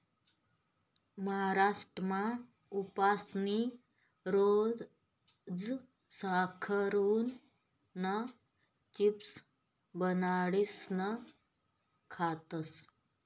महाराष्ट्रमा उपासनी रोज साकरुना चिप्स बनाडीसन खातस